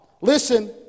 Listen